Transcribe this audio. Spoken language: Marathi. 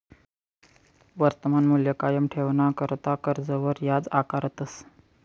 वर्तमान मूल्य कायम ठेवाणाकरता कर्जवर याज आकारतस